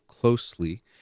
closely